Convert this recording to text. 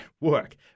work